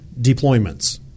deployments